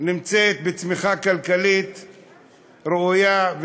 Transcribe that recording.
נמצא בצמיחה כלכלית ראויה,